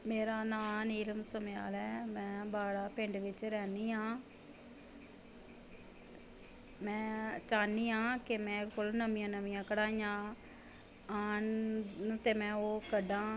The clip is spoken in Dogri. मेरा नांऽ नीलम स्मयाल ऐ में बाड़ा पिंड बिच्च रैह्नी आं में चाह्न्नी आं कि मेरे कोल नमियां नमियां कढ़ाइयां औन ते में ओह् कड्ढां